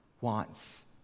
wants